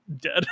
dead